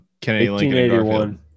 1881